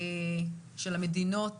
של המדינות